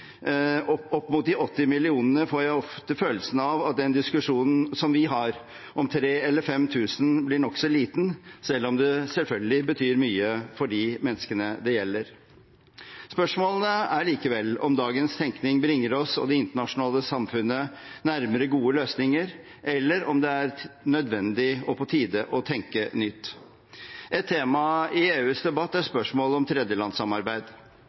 Opp mot de 80 millionene får jeg ofte følelsen av at den diskusjonen som vi har om 3 000 eller 5 000, blir nokså liten, selv om det selvfølgelig betyr mye for de menneskene det gjelder. Spørsmålene er likevel om dagens tenkning bringer oss og det internasjonale samfunnet nærmere gode løsninger, eller om det er nødvendig og på tide å tenke nytt. Et tema i EUs debatt er spørsmålet om tredjelandssamarbeid.